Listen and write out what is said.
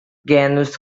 genus